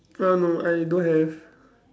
err no I don't have